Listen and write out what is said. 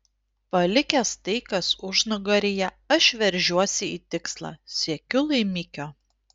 palikęs tai kas užnugaryje aš veržiuosi į tikslą siekiu laimikio